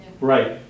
Right